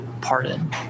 pardon